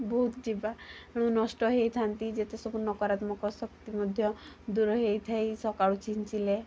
ବହୁତ ଜୀବାଣୁ ନଷ୍ଟ ହେଇଥାନ୍ତି ଯେତେସବୁ ନକାରାତ୍ମକ ଶକ୍ତି ମଧ୍ୟ ଦୂର ହେଇଥାଏ ସକାଳୁ ଛିଞ୍ଚିଲେ